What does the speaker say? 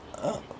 oh